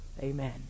Amen